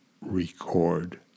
record